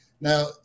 Now